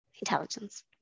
intelligence